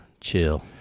chill